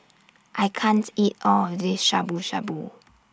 I can't eat All of This Shabu Shabu